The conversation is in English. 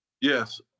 Yes